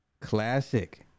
Classic